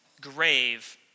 grave